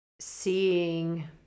seeing